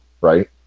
right